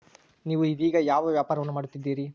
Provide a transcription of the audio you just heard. ನೇವು ಇದೇಗ ಯಾವ ವ್ಯಾಪಾರವನ್ನು ಮಾಡುತ್ತಿದ್ದೇರಿ?